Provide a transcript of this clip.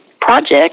project